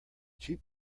cheap